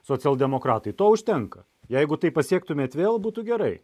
socialdemokratai to užtenka jeigu tai pasiektumėte vėl būtų gerai